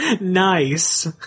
Nice